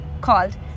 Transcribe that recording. called